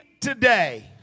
today